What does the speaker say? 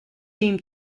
team